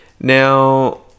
Now